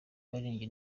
abaririmbyi